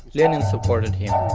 lenin supported him,